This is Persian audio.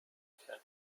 کرد